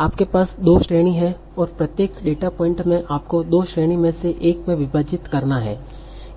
आपके पास दो श्रेणी हैं और प्रत्येक डेटा पॉइंट में आपको दो श्रेणी में से एक में विभाजित करना है